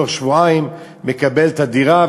תוך שבועיים הוא מקבל את הדירה,